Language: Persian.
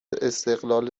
استقلال